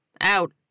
Out